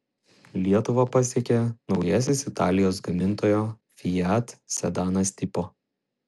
lietuvą pasiekė naujasis italijos gamintojo fiat sedanas tipo